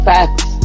Facts